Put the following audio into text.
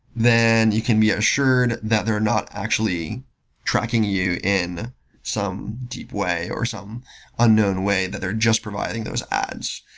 then you can be ah assured that they're not actually tracking you in some deep way or some unknown way, that they're just providing those ads.